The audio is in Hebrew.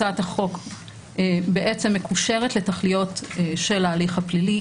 הצעת החוק בעצם מקושרת לתכליות של ההליך הפלילי.